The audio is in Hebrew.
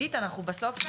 עידית, אנחנו בסוף נדבר?